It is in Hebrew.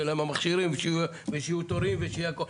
שיהיו להם המכשירים ושיהיו תורים ושיהיה הכל.